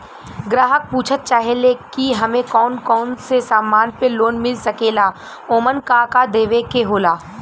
ग्राहक पुछत चाहे ले की हमे कौन कोन से समान पे लोन मील सकेला ओमन का का देवे के होला?